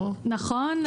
נכון.